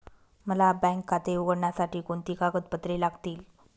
मला बँक खाते उघडण्यासाठी कोणती कागदपत्रे लागतील?